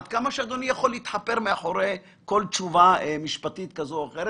עד כמה שאדוני יכול להתחפר מאחורי כל תשובה משפטית כזו או אחרת.